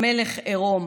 המלך עירום.